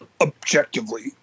objectively